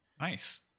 Nice